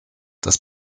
das